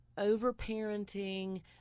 Over-parenting